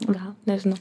gal nežinau